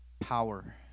power